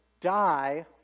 die